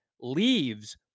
leaves